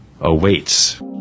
awaits